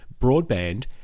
broadband